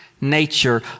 nature